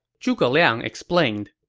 zhuge liang explained,